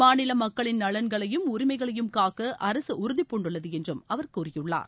மாநில மக்களின் நலன்களையும் உரிமைகளையும் காக்க அரசு உறுதிபூண்டுள்ளது என்றும் அவர் கூறியுள்ளார்